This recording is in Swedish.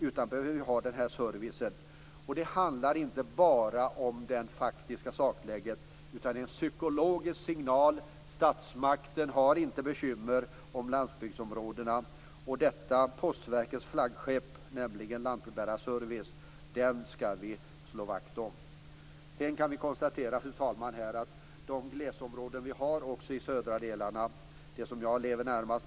Därför behövs denna service. Det handlar inte bara om det faktiska sakläget, utan det är en psykologisk signal att statsmakten inte bekymrar sig om landsbygdsområdena. Detta Postverkets flaggskepp, nämligen lantbrevbärarservicen, skall vi slå vakt om. Sedan, fru talman, kan jag säga något om de glesbygdsområden som vi har också i de södra delarna, de som jag lever närmast.